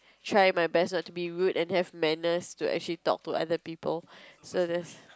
try my best not to be rude and have manners to actually talk to other people so there's